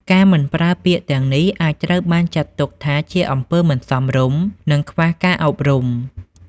ការមិនប្រើពាក្យទាំងនេះអាចត្រូវបានចាត់ទុកថាជាអំពើមិនសមរម្យ និងខ្វះការអប់រំ។